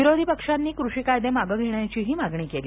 विरोधी पक्षांनी कृषी कायदे मागं घेण्याची ही मागणी केली